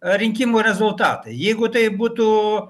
rinkimų rezultatai jeigu tai būtų